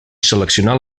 seleccionar